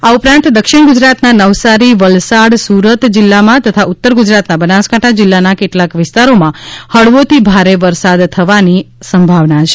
આ ઉપરાંત દક્ષિણ ગુજરાતના નવસારી વલસાડ સુરત જિલ્લામાં તથા ઉત્તર ગુજરાતના બનાસકાંઠા જિલ્લાના કેટલાક વિસ્તારોમાં હળવોથી ભારે વરસાદ થવાની સંભાવના છે